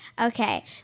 Okay